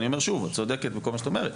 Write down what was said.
אני אומר שוב, את צודקת בכל מה שאת אומרת.